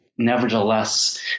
nevertheless